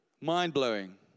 mind-blowing